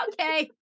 okay